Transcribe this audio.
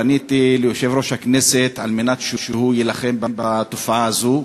פניתי ליושב-ראש הכנסת כדי שהוא יילחם בתופעה הזאת,